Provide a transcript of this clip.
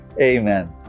amen